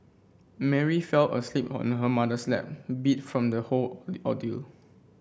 Mary fell asleep on her mother's lap beat from the whole ordeal